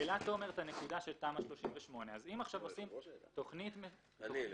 העלה תומר את הנקודה של תמ"א 38. אני העליתי.